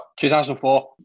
2004